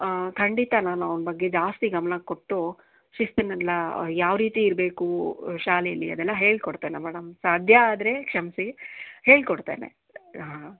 ಖಂಡಿತ ನಾನು ಅವ್ನ ಬಗ್ಗೆ ಜಾಸ್ತಿ ಗಮನ ಕೊಟ್ಟು ಶಿಸ್ತನ್ನೆಲ್ಲ ಯಾವ ರೀತಿ ಇರಬೇಕು ಶಾಲೆಯಲ್ಲಿ ಅದೆಲ್ಲ ಹೇಳ್ಕೊಡ್ತೇನೆ ಮೇಡಮ್ ಸಾಧ್ಯ ಆದರೆ ಕ್ಷಮಿಸಿ ಹೇಳಿಕೊಡ್ತೇನೆ ಹಾಂ